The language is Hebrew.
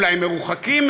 אולי במרחק מהם.